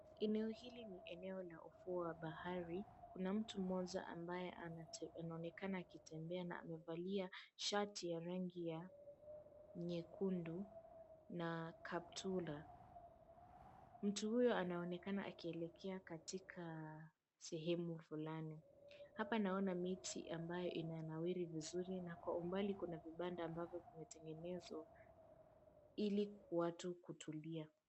Eneo hili ni eneo la ufuu wa bahari. Kuna mtu mmoja ambaye anaonaonekana akitembea na amevalia shati ya rangi ya nyekundu na kaptura. Mtu huyo anaonekana akielekea katika sehemu fulani. Hapa naona miti ambayo inanawiri vizuri na kwa umbali kuna vibanda ambavyo vimetengenezwa ili watu kutulia.